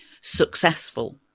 successful